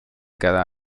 cada